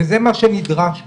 וזה מה שנדרש פה.